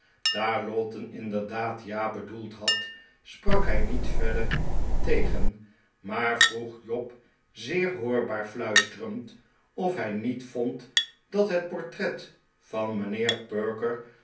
daar lowten inderdaad ja bedoeld had sprak hij niet verder tegen maar vroeg job zeer hoorbaar fluisterend of hij niet vond dat het portret van mijnheer perker